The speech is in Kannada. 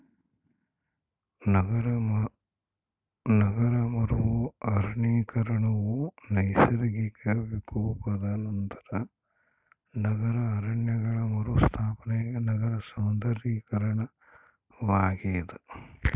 ನಗರ ಮರು ಅರಣ್ಯೀಕರಣವು ನೈಸರ್ಗಿಕ ವಿಕೋಪದ ನಂತರ ನಗರ ಅರಣ್ಯಗಳ ಮರುಸ್ಥಾಪನೆ ನಗರ ಸೌಂದರ್ಯೀಕರಣವಾಗ್ಯದ